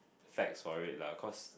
facts for it lah cause